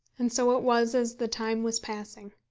and so it was as the time was passing.